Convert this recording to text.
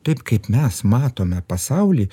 taip kaip mes matome pasaulį